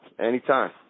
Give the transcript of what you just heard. Anytime